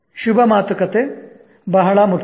ಶುಭ ಮಾತುಕತೆ ಬಹಳ ಮುಖ್ಯ